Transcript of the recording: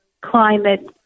climate